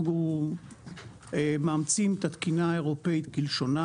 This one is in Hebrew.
אנחנו מאמצים את התקינה האירופאית כלשונה